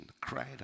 cried